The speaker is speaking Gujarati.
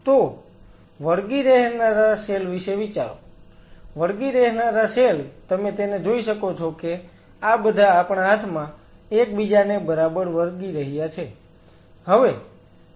તો બિન વળગી રહેનારા સેલ વિશે વિચારો વળગી રહેનારા સેલ તમે તેને જોઈ શકો છો કે આ બધા આપણા હાથમાં એકબીજાને બરાબર વળગી રહ્યા છે